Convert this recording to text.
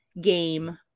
game